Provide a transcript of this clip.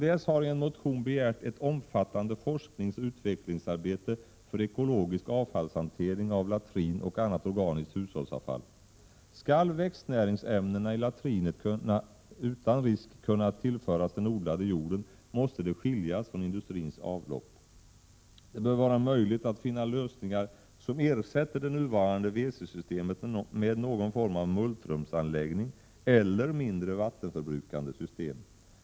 Kds har i en motion begärt ett omfattande forskningsoch utvecklingsarbete för ekologisk avfallshantering av latrin och annat organiskt hushållsavfall. Skall växtnäringsämnena i latrinet utan risk kunna tillföras den odlade jorden, måste det skiljas från industrins avlopp. Det bör vara möjligt att finna lösningar som ersätter det nuvarande wc-systemet med någon form av multrumsanläggning eller med mindre vattenförbrukande system.